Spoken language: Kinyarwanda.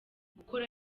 gukora